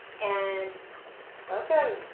and welcome.